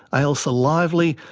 ailsa lively,